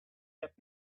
kept